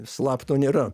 slapto nėra